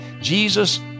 Jesus